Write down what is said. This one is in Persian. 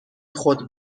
خود